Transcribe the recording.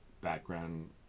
background